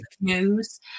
news